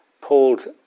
pulled